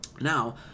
Now